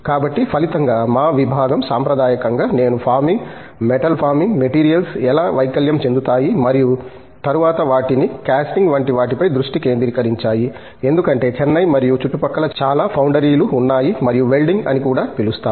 కాబట్టి ఫలితంగా మా విభాగం సాంప్రదాయకంగా నేను ఫార్మింగ్ మెటల్ ఫార్మింగ్ మెటీరియల్స్ ఎలా వైకల్యం చెందుతాయి మరియు తరువాత వాటిని కాస్టింగ్ వంటి వాటిపై దృష్టి కేంద్రీకరించాయి ఎందుకంటే చెన్నై మరియు చుట్టుపక్కల చాలా ఫౌండరీలు ఉన్నాయి మరియు వెల్డింగ్ అని కూడా పిలుస్తారు